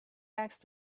next